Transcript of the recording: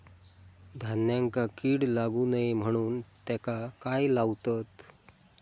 धान्यांका कीड लागू नये म्हणून त्याका काय लावतत?